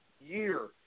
year